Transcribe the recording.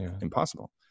impossible